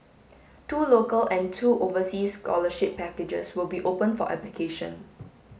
two local and two overseas scholarship packages will be open for application